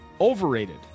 overrated